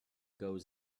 goes